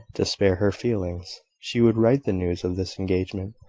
to spare her feelings. she would write the news of this engagement,